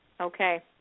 Okay